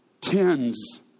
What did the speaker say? tens